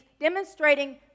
demonstrating